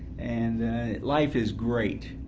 and life is great.